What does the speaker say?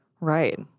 right